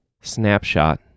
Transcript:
snapshot